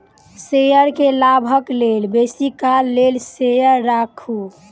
share में लाभक लेल बेसी काल लेल शेयर राखू